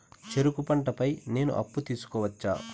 చెరుకు పంట పై నేను అప్పు తీసుకోవచ్చా?